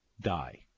die